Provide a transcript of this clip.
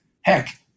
Heck